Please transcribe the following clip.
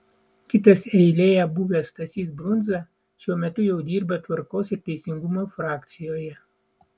kitas eilėje buvęs stasys brundza šiuo metu jau dirba tvarkos ir teisingumo frakcijoje